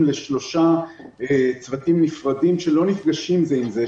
לשלושה צוותים נפרדים שלא נפגשים זה עם זה,